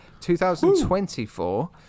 2024